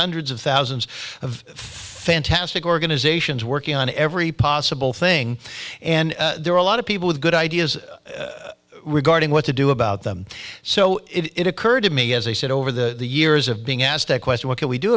hundreds of thousands of fantastic organizations working on every possible thing and there are a lot of people with good ideas regarding what to do about them so it occurred to me as i said over the years of being asked that question what can we do